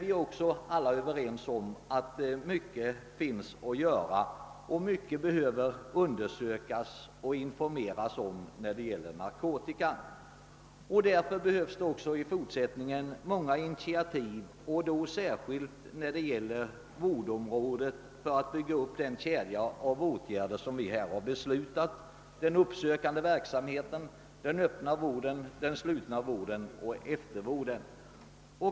Vi är alla överens om att mycket återstår att göra både i fråga om undersökningar och information. Många initiativ behöver tas, särskilt på vårdområdet, för att bygga upp den kedja av åtgärder som vi har beslutat vidta — den uppsökande verksamheten, den öppna och den slutna vården samt eftervården.